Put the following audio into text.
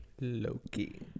loki